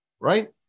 right